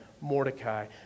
Mordecai